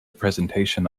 presentation